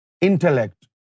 intellect